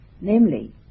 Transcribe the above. Namely